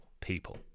people